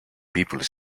people